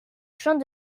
champ